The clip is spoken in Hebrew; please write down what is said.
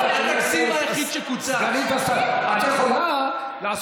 אני יכולה להשיב?